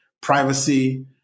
privacy